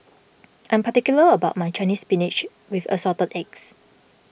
I am particular about my Chinese Spinach with Assorted Eggs